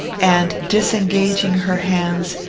and, disengaging her hands,